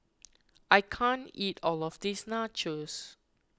I can't eat all of this Nachos